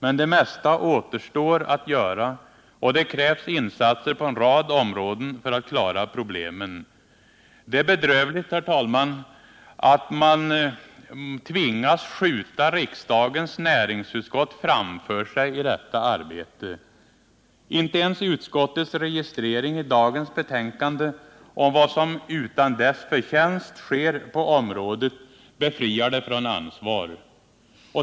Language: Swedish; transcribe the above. Men det mesta återstår att göra, och det krävs insatser på en rad områden för att klara problemen. Det är bedrövligt, herr talman, att man tvingas skjuta riksdagens näringsutskott framför sig i detta ärende. Inte ens utskottets registrering i dagens betänkande av vad som utan dess förtjänst sker på området befriar det från ansvar.